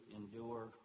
endure